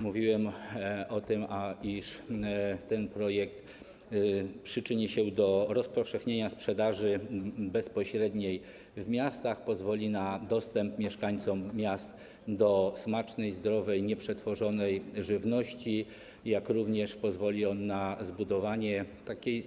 Mówiłem o tym, iż przyczyni się on do rozpowszechnienia sprzedaży bezpośredniej w miastach, pozwoli na dostęp mieszkańcom miast do smacznej, zdrowej, nieprzetworzonej żywności, jak również pozwoli na zbudowanie